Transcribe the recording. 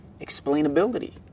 explainability